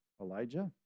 Elijah